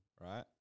right